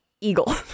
Eagle